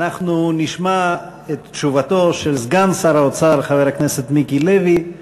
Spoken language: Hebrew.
אנחנו נשמע את תשובתו של סגן שר האוצר חבר הכנסת מיקי לוי על